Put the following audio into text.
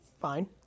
Fine